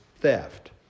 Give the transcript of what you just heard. theft